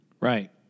Right